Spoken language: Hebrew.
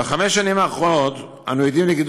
בחמש השנים האחרונות אנו עדים לגידול